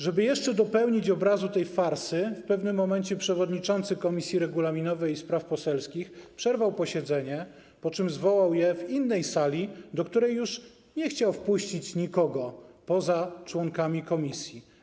Żeby jeszcze dopełnić obrazu tej farsy, w pewnym momencie przewodniczący Komisji Regulaminowej, Spraw Poselskich i Immunitetowych przerwał posiedzenie, po czym zwołał je w innej sali, do której już nie chciał wpuścić nikogo poza członkami komisji.